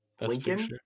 Lincoln